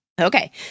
Okay